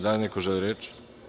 Da li neko želi reč?